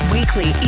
Weekly